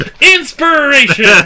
Inspiration